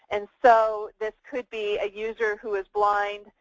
and so this could be a user who is blind,